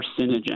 carcinogen